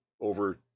over